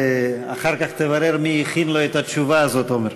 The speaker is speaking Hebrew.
אחר כך תברר מי הכין לו את התשובה הזאת, עמר.